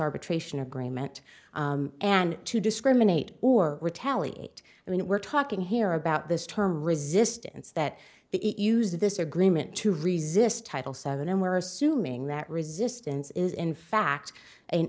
arbitration agreement and to discriminate or retaliate i mean we're talking here about this term resistance that the use of this agreement to resist title seven and we're assuming that resistance is in fact an